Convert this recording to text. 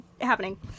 happening